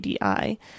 ADI